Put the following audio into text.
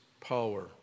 power